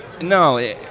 No